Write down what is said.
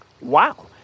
Wow